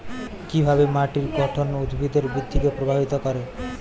কিভাবে মাটির গঠন উদ্ভিদের বৃদ্ধিকে প্রভাবিত করে?